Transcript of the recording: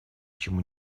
чему